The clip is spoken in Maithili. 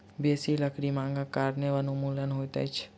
बेसी लकड़ी मांगक कारणें वनोन्मूलन होइत अछि